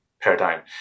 paradigm